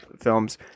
films